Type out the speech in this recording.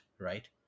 right